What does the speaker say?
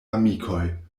amikoj